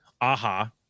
Aha